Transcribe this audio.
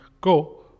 go